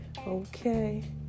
Okay